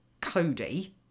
Cody